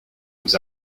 vous